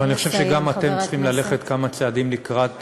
אבל אני חושב שגם אתם צריכים ללכת כמה צעדים לקראת